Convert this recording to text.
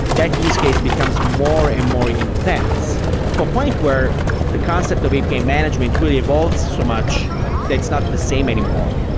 that use case becomes more and more intense to a point where the concept of api management will evolve so much that it's not the same anymore.